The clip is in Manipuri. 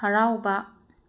ꯍꯔꯥꯎꯕ